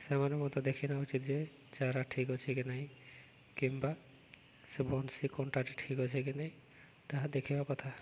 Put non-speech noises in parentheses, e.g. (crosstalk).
ସେମାନେ ମୋତେ ଦେଖି (unintelligible) ଯେ ଚାରା ଠିକ୍ ଅଛି କି ନାହିଁ କିମ୍ବା ସେ ବନସି କଣ୍ଟାଟି ଠିକ୍ ଅଛି କି ନାହିଁ ତାହା ଦେଖିବା କଥା